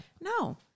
no